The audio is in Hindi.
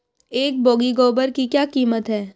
एक बोगी गोबर की क्या कीमत है?